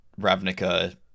Ravnica